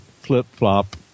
flip-flop